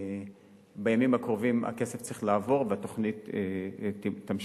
ובימים הקרובים הכסף צריך לעבור, והתוכנית תמשיך.